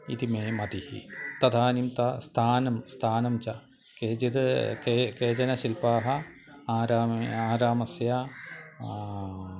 इति मे मतिः तदानिं ता स्थानं स्थानं च केचित् के केचन शिल्पाः आरामे आरामस्य